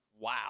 Wow